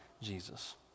Jesus